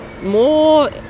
more